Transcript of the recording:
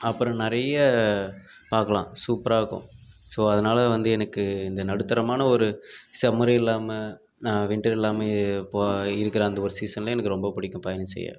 அப்புறோம் நிறைய பார்க்கலாம் சூப்பராக இருக்கும் ஸோ அதனால வந்து எனக்கு இந்த நடுத்தரமான ஒரு சம்மரும் இல்லாமல் விண்ட்டரும் இல்லாமல் இருக்கிற அந்த ஒரு சீசன்லையும் எனக்கு ரொம்ப பிடிக்கும் பயணம் செய்ய